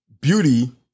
beauty